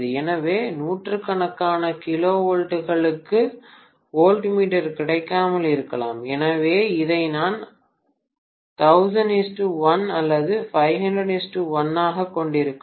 எனவே நூற்றுக்கணக்கான கிலோவோல்ட்களுக்கு வோல்ட்மீட்டர் கிடைக்காமல் இருக்கலாம் எனவே இதை நான் 1000 1 அல்லது 500 1 ஆகக் கொண்டிருக்கலாம்